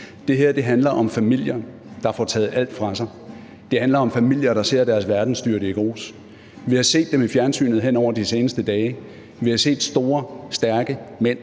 Det her handler om familier, der får taget alt fra sig. Det handler om familier, der ser deres verden styrte i grus. Vi har set dem i fjernsynet hen over de seneste dage: Vi har set store stærke mand